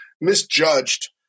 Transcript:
misjudged